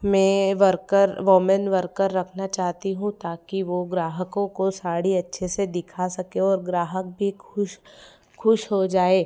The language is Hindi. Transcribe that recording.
मैं वर्कर वोमेन वर्कर रखना चाहती हूँ ताकि वो ग्राहकों को साड़ी अच्छे से दिखा सके और ग्राहक भी खुश खुश हो जाए